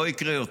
לא יקרה יותר.